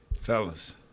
fellas